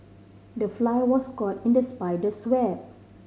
the fly was caught in the spider's web